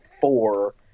four